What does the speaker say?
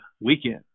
weekend